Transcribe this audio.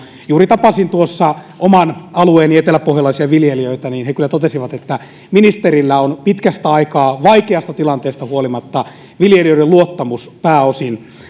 juuri tapasin oman alueeni eteläpohjalaisia viljelijöitä ja he kyllä totesivat että ministerillä on pitkästä aikaa vaikeasta tilanteesta huolimatta pääosin viljelijöiden luottamus